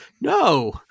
No